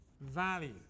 value